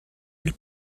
elle